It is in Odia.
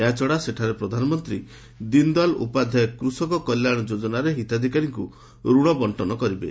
ଏହାଛଡ଼ା ସେଠାରେ ପ୍ରଧାନମନ୍ତ୍ରୀ ଦୀନ ଦୟାଲ ଉପାଧ୍ୟାୟ କୃଷକ କଲ୍ୟାଣ ଯୋଜନାରେ ହିତାଧିକାରୀଙ୍କୁ ଋଣ ବଣ୍ଟନ କରିବେ